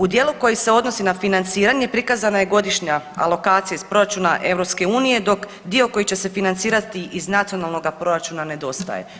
U dijeli koji se odnosi na financiranje prikazana je godišnja alokacija iz proračuna EU, dok dio koji će se financirati iz nacionalnoga proračuna nedostaje.